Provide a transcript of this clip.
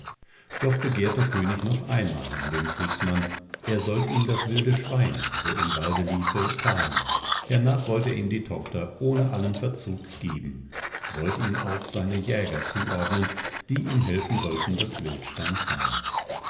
doch begert der könig noch einmal an den kriegsmann er sollt ihm das wilde schwein so im wald liefe fahen hernach wollt er ihm die tochter ohne allen verzug geben wollt ihm auch seine jäger zuordnen die ihm helfen sollten das wildschwein fahen